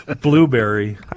blueberry